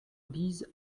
bise